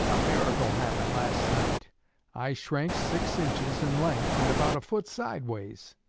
a miracle happened last night i shrank six inches in length and about a foot sideways.